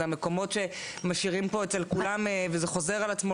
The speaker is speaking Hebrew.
זה המקומות שמשאירים פה אצל כולם וזה חוזר על עצמו,